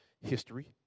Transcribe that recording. history